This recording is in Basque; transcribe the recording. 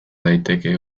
daiteke